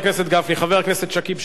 חבר הכנסת שכיב שנאן, בבקשה.